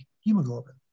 hemoglobin